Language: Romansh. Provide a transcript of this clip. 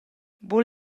buca